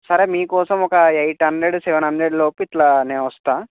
సరే మీకోసం ఒక ఎయిట్ హండ్రెడ్ సెవెన్ హండ్రెడ్లోపు ఇట్లా నేను వస్తాను